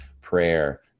prayer